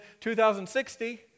2060